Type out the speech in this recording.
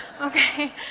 Okay